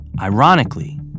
Ironically